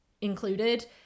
included